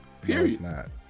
Period